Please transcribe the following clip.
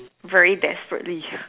very desperately